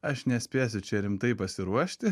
aš nespėsiu čia rimtai pasiruošti